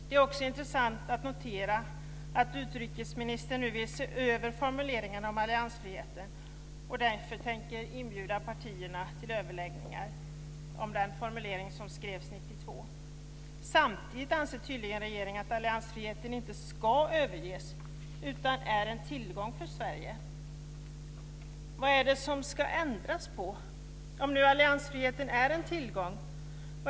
Det är också intressant att notera att utrikesministern nu vill se över formuleringen om alliansfriheten och därför tänker inbjuda partierna till överläggningar om den formulering som skrevs 1992. Samtidigt anser tydligen regeringen att alliansfriheten inte ska överges utan är en tillgång för Sverige. Vad är det som ska ändras på och ses över om nu alliansfriheten är en tillgång?